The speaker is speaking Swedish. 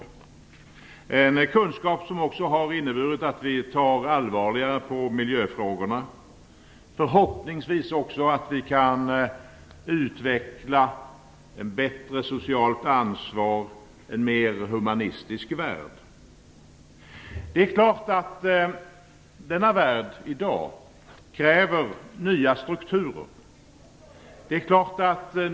Den kunskapen har också inneburit att vi tar allvarligare på miljöfrågorna och förhoppningsvis också att vi kan utveckla ett bättre socialt ansvar och en mer humanitär värld. Det är klart att denna värld i dag kräver nya strukturer.